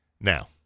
Now